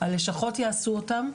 הלשכות יעשו אותן.